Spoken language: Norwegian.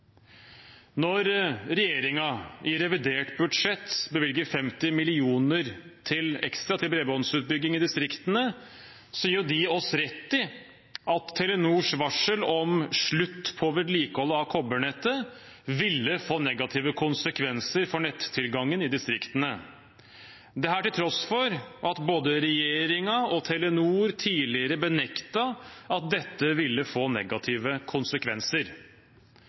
Når regjeringen i revidert budsjett bevilger 50 mill. kr ekstra til bredbåndsutbygging i distriktene, gir de oss rett i at Telenors varsel om slutt på vedlikehold av kobbernettet ville få negative konsekvenser for nettilgangen i distriktene. Dette til tross for at både regjeringen og Telenor tidligere benektet at dette ville få negative konsekvenser.